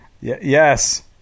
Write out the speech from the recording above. Yes